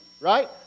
right